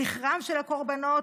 זכרם של הקורבנות,